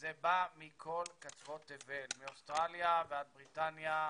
זה בא מכל קצוות תבל, מאוסטרליה ועד בריטניה,